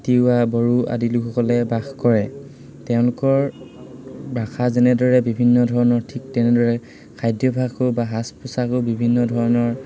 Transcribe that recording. তিৱা বড়ো আদি লোকসকলে বাস কৰে তেওঁলোকৰ ভাষা যেনেদৰে বিভিন্ন ধৰণৰ ঠিক তেনেদৰে খাদ্যভাসো বা সাজ পোচাকো বিভিন্ন ধৰণৰ